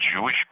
Jewish